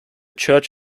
church